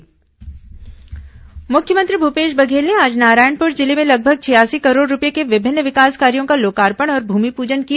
मुख्यमंत्री नारायणपुर मुख्यमंत्री भूपेश बघेल ने आज नारायणपुर जिले में लगभग छियासी करोड़ रूपये के विभिन्न विकास कार्यो का लोकार्पण और भूमिपूजन किया